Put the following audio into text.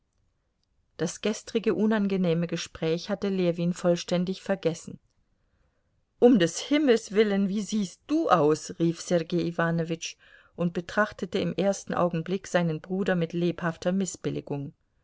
das gestrige unangenehme gespräch hatte ljewin vollständig vergessen um des himmels willen wie siehst du aus rief sergei iwanowitsch und betrachtete im ersten augenblick seinen bruder mit lebhafter